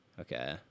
Okay